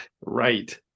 right